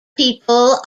people